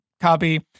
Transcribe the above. copy